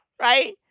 right